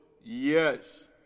yes